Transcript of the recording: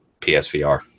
PSVR